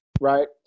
right